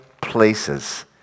places